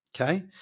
okay